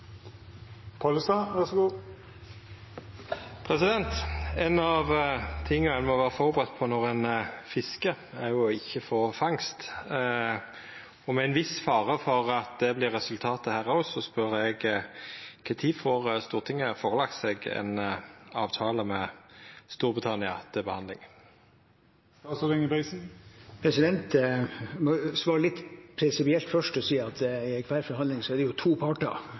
Ein av dei tinga ein må vera førebudd på når ein fiskar, er å ikkje få fangst. Med ein viss fare for at det vert resultatet her òg, spør eg: Kva tid får Stortinget lagt fram for seg ein avtale med Storbritannia til behandling? Jeg må svare litt prinsipielt først og si at i enhver forhandling er det to